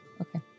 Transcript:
Okay